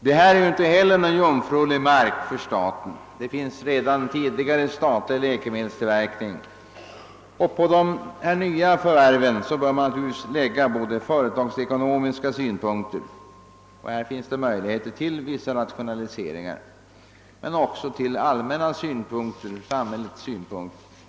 Det rör sig inte heller om någon jungfrulig mark för staten, ty det finns redan tidigare statlig läkemedelstillverkning. Beträffande de nya förvärven bör man naturligtvis anlägga både företagsekonomiska — här finns det vissa möjligheter till rationaliseringar — och allmänna samhällssynpunkter.